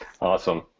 Awesome